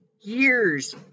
years